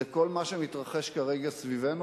הנושא השני זה כל מה שמתרחש כרגע סביבנו,